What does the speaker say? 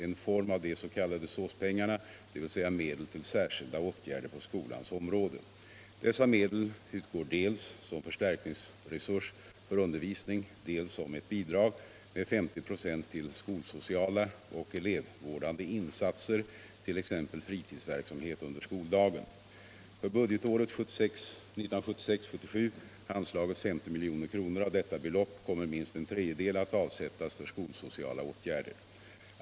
En form är de s.k. SÅS-pengarna, dvs. medel till särskilda åtgärder på skolans område. Dessa medel utgår dels som förstärkningsresurs för undervisningen, dels som ett bidrag med 50 96 till skolsociala och elevvårdande insatser, t.ex. fritidsverksamhet under skoldagen. För budgetåret 1976/77 har anslagits 50 milj.kr. Av detta belopp kommer minst en tredjedel att avsättas för skolsociala åtgärder.